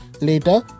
Later